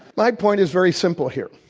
my point is very simple here.